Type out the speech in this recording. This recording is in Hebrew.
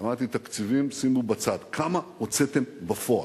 אמרתי: תקציבים שימו בצד, כמה הוצאתם בפועל?